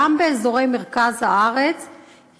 גם באזורי מרכז הארץ,